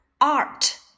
art